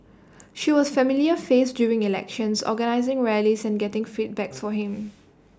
she was familiar face during elections organising rallies and getting feedback for him